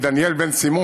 דניאל בן סימון,